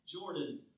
Jordan